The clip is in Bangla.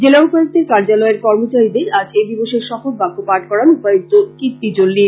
জেলা উপায়ুক্তের কার্যালয়ের কর্মচারীদের আজ এ দিবসের শপথবাক্য পাঠ করান উপায়ুক্ত কীর্তি জলী